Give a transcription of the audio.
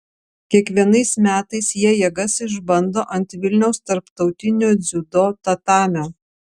kiekvienais metais jie jėgas išbando ant vilniaus tarptautinio dziudo tatamio